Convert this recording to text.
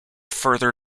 further